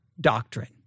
doctrine